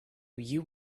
you